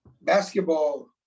basketball